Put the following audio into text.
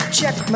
check